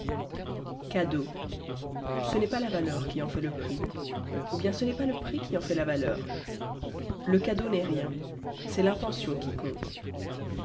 cadeau ce n'est pas la valeur qui en fait le prix ou bien ce n'est pas le prix qui en fait la valeur le cadeau n'est rien c'est l'intention qui compte